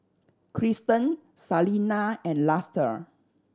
Kristen Salena and Luster